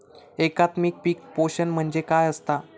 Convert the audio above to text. एकात्मिक पीक पोषण म्हणजे काय असतां?